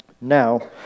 Now